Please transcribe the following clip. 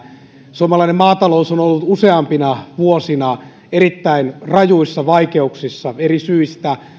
suomalainen maatalous on ollut useampina vuosina erittäin rajuissa vaikeuksissa eri syistä